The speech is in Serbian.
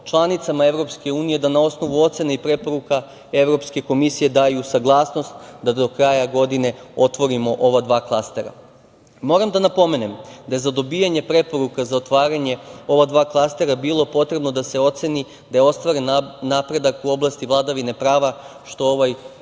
članicama Evropske unije da na osnovu ocena i preporuka Evropske komisije daju saglasnost da do kraja godine otvorimo ova dva klastera. Moram da napomenem da je za dobijanje preporuka za otvaranje ova dva klastera bilo potrebno da se oceni da je ostvaren napredak u oblasti vladavine prava, što ovaj